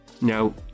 Now